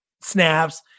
snaps